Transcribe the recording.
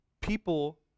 people